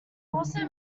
also